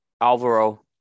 Alvaro